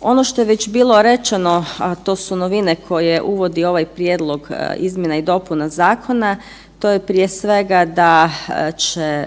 Ono što je već bilo rečeno, a to su novine koje uvodi ovaj prijedlog izmjena i dopuna zakona to je prije svega da će